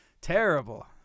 Terrible